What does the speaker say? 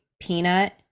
peanut